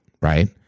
right